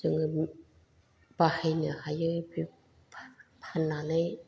जोङो बाहायनो हायो फाननानै